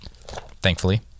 thankfully